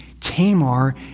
Tamar